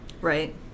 Right